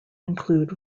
include